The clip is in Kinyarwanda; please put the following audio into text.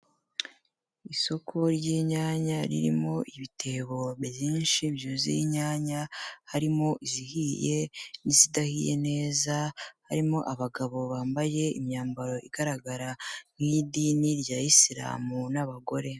Isoko ry'inyanya ririmo ibitebo byinshi byuzuye inyanya harimo izihiye n'izidahiye neza. Harimo abagabo bambaye imyambaro igaragara nk'iy'idini rya islam n'abagore.